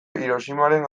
hiroshimaren